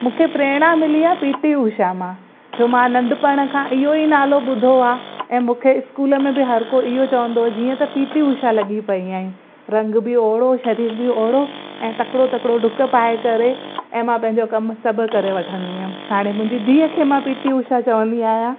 मूंखे प्रेरणा मिली आहे पी टी उषा मां जो मां नंढपण खां इहेई नालो ॿुधो आहे ऐं मूंखे इस्कूल में बि हर को इहो चवंदो जीअं त पी टी उषा लॻी पई आई रंग़ बि ओड़ो शरीर बि ओड़ो ऐं तकिड़ो तकिड़ो ॾुक पाए करे ऐं मां पंहिजो कम सभु करे वठंदमि हाणे मुंहिंजी धीअ खे मां पी टी उषा चवंदी आहियां